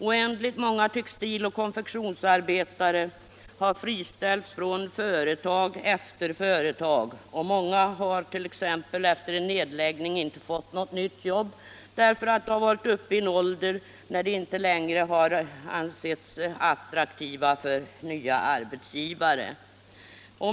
Oändligt många textil och konfektionsarbetare har friställts från företag efter företag, och många har t.ex. efter en nedläggning inte fått något nytt jobb därför att de varit uppe i en ålder när de inte ansetts attraktiva för nya arbetsgivare.